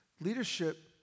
Leadership